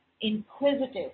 Inquisitive